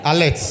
Alex